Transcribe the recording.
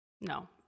No